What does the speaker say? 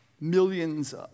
millions